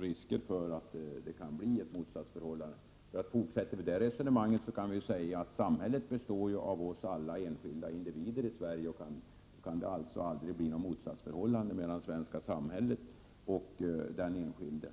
risker för att det kan bli ett motsatsförhållande. Fortsätter vi Stig Gustafssons resonemang, kan vi ju säga att samhället består av oss alla enskilda individer i Sverige. Alltså kan det aldrig bli något motsatsförhållande mellan det svenska samhället och den enskilde.